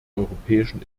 europäischen